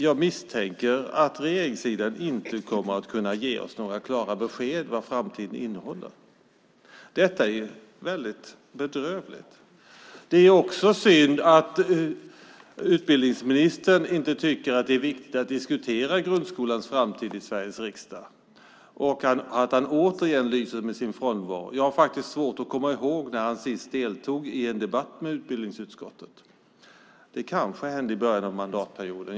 Jag misstänker att regeringssidan inte kommer att kunna ge oss några klara besked om vad framtiden innehåller. Det är bedrövligt. Det är också synd att utbildningsministern inte tycker att det är viktigt att i Sveriges riksdag diskutera grundskolans framtid och att han återigen lyser med sin frånvaro. Jag har svårt att komma ihåg när han senast deltog i en debatt med utbildningsutskottet. Det kanske hände i början av mandatperioden.